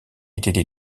étaient